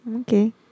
Okay